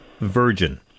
virgin